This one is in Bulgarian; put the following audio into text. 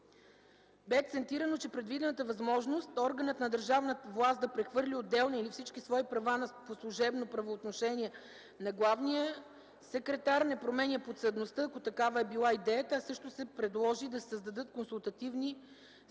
г. Акцентирано бе, че предвидената възможност органът на държавната власт да прехвърли отделни или всички свои права по служебното правоотношение на главния секретар, не променя подсъдността, ако такава е била идеята, а също се предложи да се създават консултативни съвети